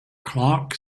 clark